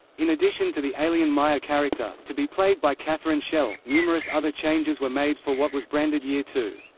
in addition to the alien maya character, to be played by catherine schell, numerous other changes were made for what was branded year two.